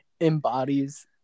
embodies